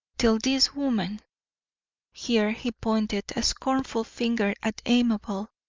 till this woman here he pointed a scornful finger at amabel,